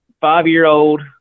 Five-year-old